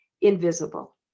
invisible